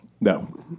No